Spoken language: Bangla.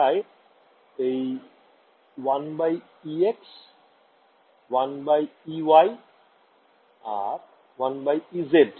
তাই 1ex 1ey 1ez